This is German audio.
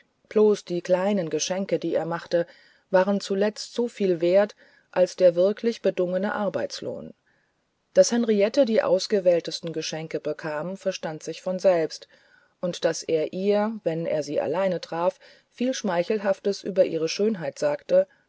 bloß die kleinen geschenke die er machte waren zuletzt so viel wert als der wirklich bedungene arbeitslohn daß henriette die ausgewähltesten geschenke bekam verstand sich von selbst und daß er ihr wenn er sie allein traf viel schmeichelhaftes über ihre schönheit sagte